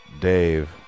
Dave